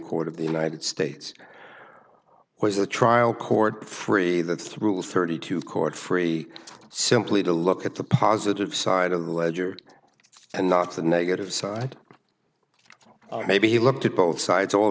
court of the united states was the trial court free the through thirty two court free simply to look at the positive side of the ledger and not the negative side maybe he looked at both sides all